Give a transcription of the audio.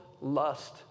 lust